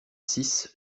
six